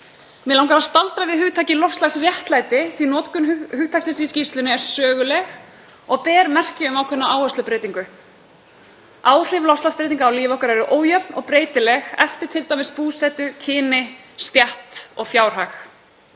Mig langar að staldra við hugtakið loftslagsréttlæti því að notkun hugtaksins í skýrslunni er söguleg og ber merki um ákveðna áherslubreytingu. Áhrif loftslagsbreytinga á líf okkar eru ójöfn og breytileg eftir t.d. búsetu, kyni, stétt og fjárhag.